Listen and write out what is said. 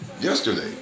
yesterday